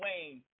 Wayne